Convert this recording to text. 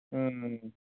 ᱦᱩᱸ